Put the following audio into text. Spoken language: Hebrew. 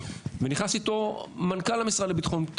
ונכנס איתו מנכ"ל המשרד לביטחון הפנים,